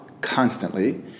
constantly